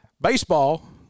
baseball